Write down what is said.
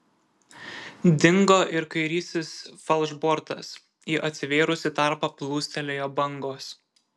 dingo ir kairysis falšbortas į atsivėrusį tarpą plūstelėjo bangos